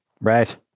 Right